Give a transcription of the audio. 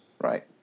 Right